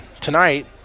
tonight